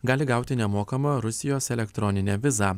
gali gauti nemokamą rusijos elektroninę vizą